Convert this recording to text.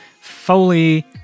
Foley